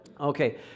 Okay